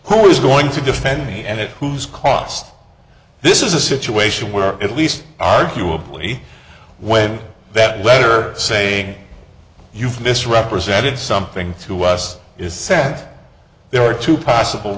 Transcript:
who is going to defend me and whose cost this is a situation where at least arguably when that letter saying you from misrepresented something to us is sad there are two possible